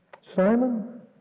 Simon